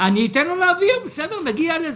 אתן לו להבהיר, נגיע לזה.